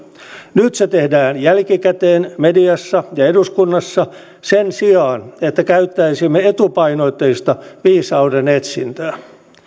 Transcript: nyt se tehdään jälkikäteen mediassa ja eduskunnassa sen sijaan että käyttäisimme etupainotteista viisauden etsintää